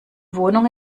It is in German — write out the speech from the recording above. wohnung